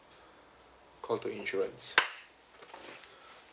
call to insurance